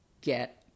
get